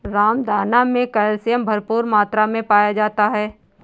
रामदाना मे कैल्शियम भरपूर मात्रा मे पाया जाता है